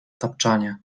tapczanie